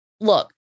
Look